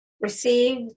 Receive